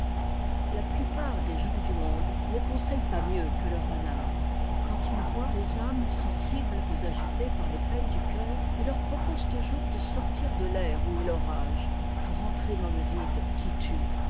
la plupart des gens du monde ne conseillent pas mieux que le renard quand ils voient les âmes sensibles agitées par les peines du cœur ils leur proposent toujours de sortir de l'air où est l'orage pour entrer dans le vide qui tue